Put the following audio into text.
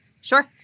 Sure